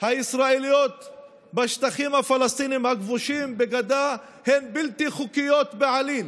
הישראליות בשטחים הפלסטיניים הכבושים בגדה הן בלתי חוקיות בעליל,